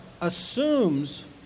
assumes